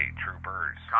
troopers